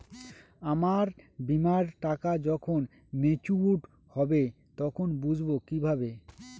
আমার বীমার টাকা যখন মেচিওড হবে তখন বুঝবো কিভাবে?